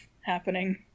happening